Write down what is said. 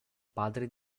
padre